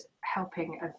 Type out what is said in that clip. helping